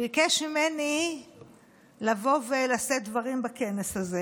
הוא ביקש ממני לבוא ולשאת דברים בכנס הזה.